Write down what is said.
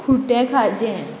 खुटें खाजें